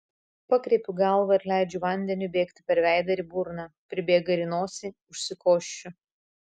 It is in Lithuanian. pakreipiu galvą ir leidžiu vandeniui bėgti per veidą ir į burną pribėga ir į nosį užsikosčiu